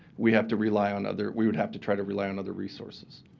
we have to rely on other we would have to try to rely on other resources.